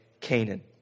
Canaan